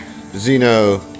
Zeno